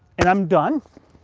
and i'm done.